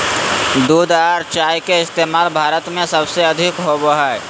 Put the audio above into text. दूध आर चाय के इस्तमाल भारत में सबसे अधिक होवो हय